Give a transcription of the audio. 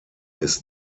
ist